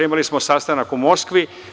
Imali smo sastanak u Moskvi.